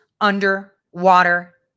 underwater